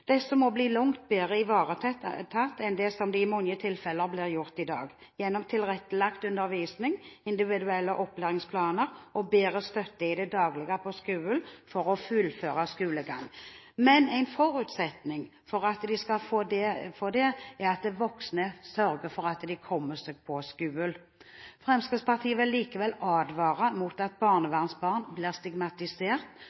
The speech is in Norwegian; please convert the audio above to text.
må bli langt bedre ivaretatt enn det som i mange tilfeller blir gjort i dag, gjennom tilrettelagt undervisning, individuelle opplæringsplaner og bedre støtte i det daglige på skolen for å fullføre skolegangen. Men en forutsetning for det er at voksne sørger for at de kommer seg på skolen. Fremskrittspartiet vil likevel advare mot at